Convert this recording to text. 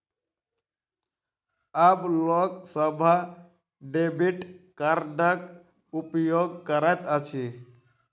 आब लोक सभ डेबिट कार्डक उपयोग करैत अछि